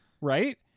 right